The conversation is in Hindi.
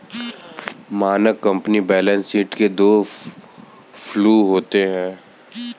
मानक कंपनी बैलेंस शीट के दो फ्लू होते हैं